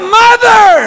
mother